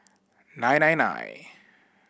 nine nine nine